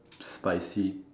spicy